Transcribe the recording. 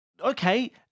Okay